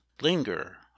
linger